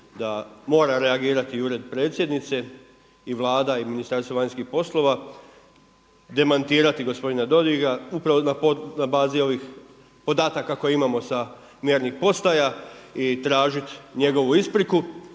da mora reagirati Ured predsjednice i Vlada i Ministarstvo vanjskih poslova, demantirati gospodina Dodiga upravo na bazi ovih podataka koje imamo sa mjernih postaja i tražiti njegovu ispriku.